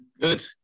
good